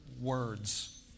words